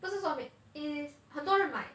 不是说 ma~ is 很多人买